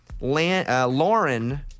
Lauren